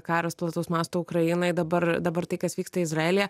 karas plataus masto ukrainoj dabar dabar tai kas vyksta izraelyje